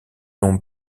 l’on